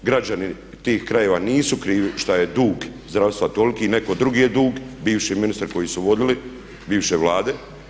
Građani tih krajeva nisu krivi što je dug zdravstva toliki, netko drugi je dug, bivši ministri koji su vodili, bivše Vlade.